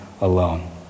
alone